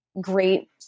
great